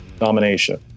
nomination